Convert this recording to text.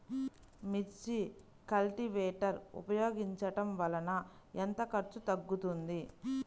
మిర్చి కల్టీవేటర్ ఉపయోగించటం వలన ఎంత ఖర్చు తగ్గుతుంది?